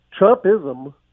Trumpism